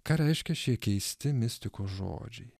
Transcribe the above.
ką reiškia šie keisti mistikos žodžiai